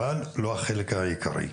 אבל לא החלק העיקרי.